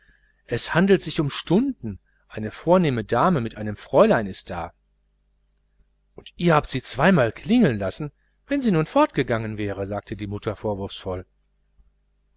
es handelt sich um stunden eine vornehme dame mit einem fräulein ist da und ihr habt sie zweimal klingeln lassen wenn sie nun fortgegangen wären sagte die mutter vorwurfsvoll